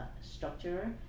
structure